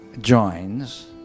joins